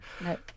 No